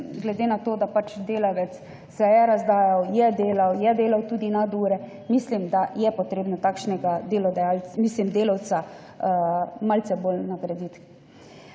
glede na to, da se je delavec razdajal, je delal tudi nadure, mislim, da je treba takšnega delavca malce bolj nagraditi.